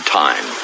time